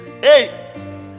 hey